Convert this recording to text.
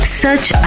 search